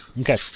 Okay